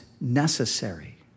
necessary